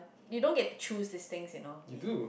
you don't get choose this thing you know the